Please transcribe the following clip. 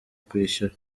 kwishyura